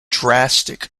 drastic